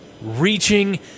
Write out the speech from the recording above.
reaching